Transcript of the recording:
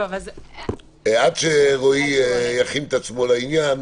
עד שרועי יכין את עצמו לעניין,